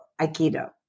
Aikido